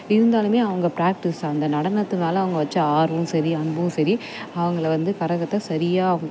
இருந்தாலும் அவங்க ப்ராக்ஃடீஸ் அந்த நடனத்து மேலே அவங்க வைச்ச ஆர்வமும் சரி அன்பும் சரி அவங்கள வந்து கரகத்தை சரியாக